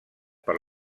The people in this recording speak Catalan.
per